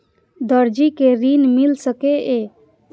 दर्जी कै ऋण मिल सके ये?